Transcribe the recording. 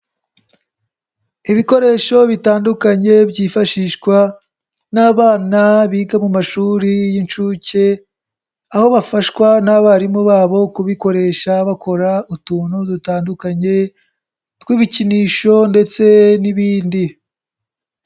Ibikoresho bitandukanye byifashishwa n'abana biga mu mashuri y'inshuke, aho bafashwa n'abarimu babo kubikoresha bakora utuntu dutandukanye tw'ibikinisho ndetse n'ibindi.